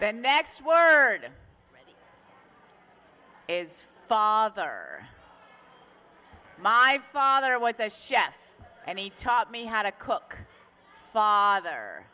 then next word is father my father was a chef and he taught me how to cook father